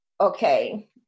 Okay